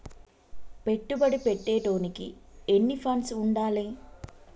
పెట్టుబడి పెట్టేటోనికి ఎన్ని ఫండ్స్ ఉండాలే?